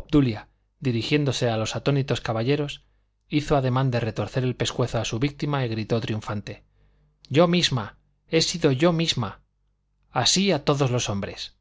obdulia dirigiéndose a los atónitos caballeros hizo ademán de retorcer el pescuezo a su víctima y gritó triunfante yo misma he sido yo misma así a todos los hombres